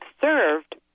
served